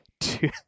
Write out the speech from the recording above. two